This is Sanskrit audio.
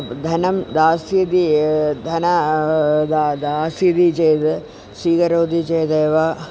धनं दास्यति ए धनं दा दास्यति चेद् स्वीकरोति चेदेव